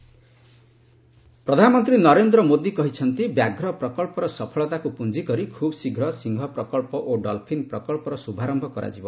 project lion dolphin ପ୍ରଧାନମନ୍ତ୍ରୀ ନରେନ୍ଦ୍ର ମୋଦି କହିଛନ୍ତି ବ୍ୟାଘ୍ର ପ୍ରକଳ୍ପର ସଫଳତାକୁ ପୁଞ୍ଜିକରି ଖୁବ୍ଶୀଘ୍ର ସିଂହ ପ୍ରକଳ୍ପ ଓ ଡଲ୍ଫିନ୍ ପ୍ରକଳ୍ପର ଶୁଭାରୟ କରାଯିବ